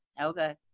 Okay